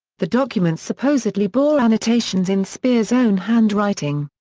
the documents supposedly bore annotations in speer's own handwriting.